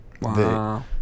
Wow